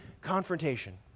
confrontation